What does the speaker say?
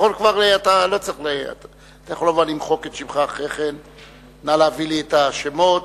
נא להביא לי את השמות.